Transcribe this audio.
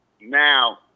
now